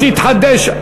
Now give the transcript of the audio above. לא.